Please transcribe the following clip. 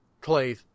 clay